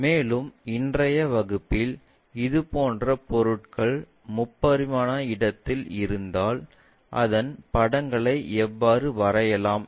மேலும் இன்றைய வகுப்பில் இதுபோன்ற பொருட்கள் முப்பரிமாண இடத்தில் இருந்தால் அதன் படங்களை எவ்வாறு வரையலாம்